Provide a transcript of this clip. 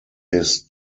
his